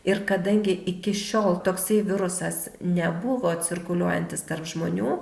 ir kadangi iki šiol toksai virusas nebuvo cirkuliuojantis tarp žmonių